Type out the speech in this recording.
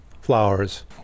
Flowers